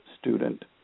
student